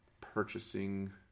purchasing